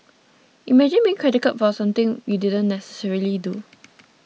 imagine being credited for something you do necessarily do